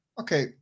Okay